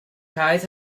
ties